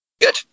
Good